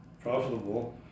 profitable